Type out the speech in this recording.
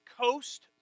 coast